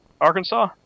Arkansas